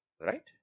Right